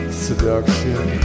seduction